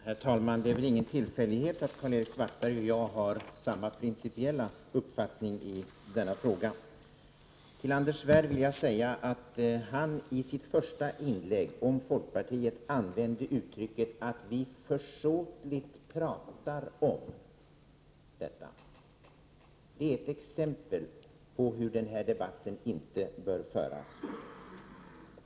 Herr talman! Det är väl ingen tillfällighet att Karl-Erik Svartberg och jag har samma principiella uppfattning i denna fråga. Till Anders Svärd vill jag säga att han i sitt första inlägg om folkpartiet använde uttrycket att vi ”försåtligt pratar” om detta. Det är ett exempel på hur den här debatten inte bör föras.